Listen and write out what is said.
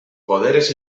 poderes